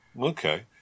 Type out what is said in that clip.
Okay